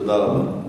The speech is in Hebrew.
תודה רבה.